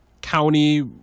county